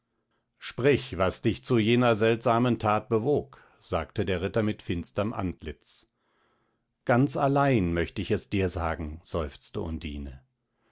sprich was dich zu jener seltsamen tat bewog sagte der ritter mit finsterm antlitz ganz allein möcht ich es dir sagen seufzte undine